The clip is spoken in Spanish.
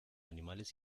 animales